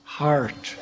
heart